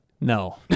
No